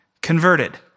converted